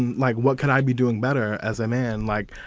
and like, what can i be doing better as a man? like,